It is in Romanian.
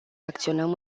acționăm